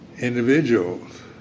individuals